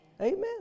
Amen